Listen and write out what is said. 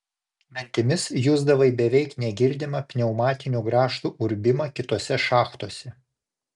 dantimis jusdavai beveik negirdimą pneumatinių grąžtų urbimą kitose šachtose